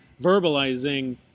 verbalizing